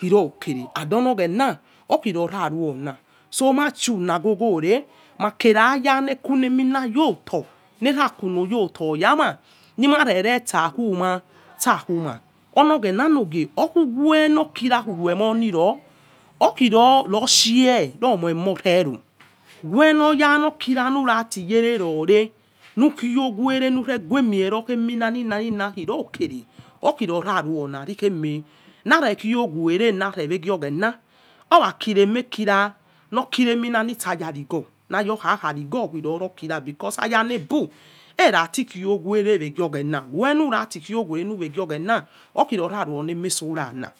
Kirokere and onor oghens okhirora ruona so omachi unagogore, matkers yanekueminasgoto nevekunoyota yama nimavere stakuuma strkuma onoghe ranogie okiwe miruemoniro okiro shie omoimorery weñoyanoki ra umati yeverore mukhiowere nureguemiero kheminaning rubbere okhirera ruong rarikhemch nare khiowere nare werogheng orakireme kira kira eminanitsi ajarigho cherighio rorokina kamayaeby ematikiouwene werogheng we ratiqui owere wevogtrena okiroraruoñemeso rana